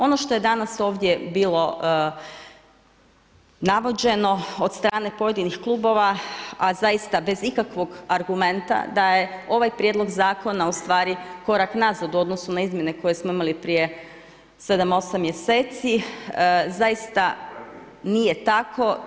Ono što je danas ovdje bilo navođeno od strane pojedinih klubova, a zaista bez ikakvog argumenta da je ovaj prijedlog zakona korak nazad u odnosu na izmjene koje smo imali prije sedam, osam mjeseci, zaista nije tako.